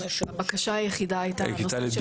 הבקשה היחידה הייתה הנושא של